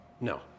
No